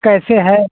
कैसे है